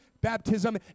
baptism